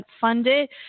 funded